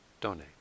donate